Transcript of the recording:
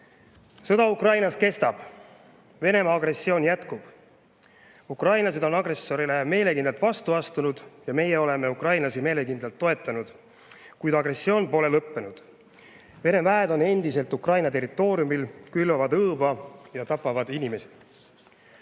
Sõda Ukrainas kestab, Venemaa agressioon jätkub. Ukrainlased on agressorile meelekindlalt vastu astunud ja meie oleme ukrainlasi meelekindlalt toetanud, kuid agressioon pole lõppenud. Vene väed on endiselt Ukraina territooriumil, külvavad õõva ja tapavad inimesi.